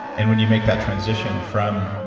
and when you make that transition from,